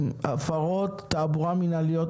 הפרות תעבורה מנהליות,